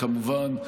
כמובן,